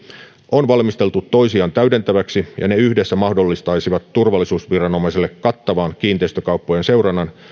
on valmisteltu toisiaan täydentäviksi ja ne yhdessä mahdollistaisivat turvallisuusviranomaisille kattavan kiinteistökauppojen seurannan